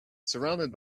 surrounded